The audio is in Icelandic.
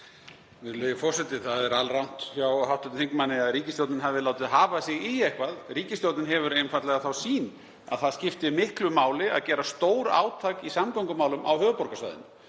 Virðulegi forseti. Það er alrangt hjá hv. þingmanni að ríkisstjórnin hafi látið hafa sig í eitthvað. Ríkisstjórnin hefur einfaldlega þá sýn að það skipti miklu máli að gera stórátak í samgöngumálum á höfuðborgarsvæðinu.